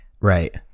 Right